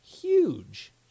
huge